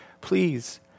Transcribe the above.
Please